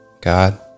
God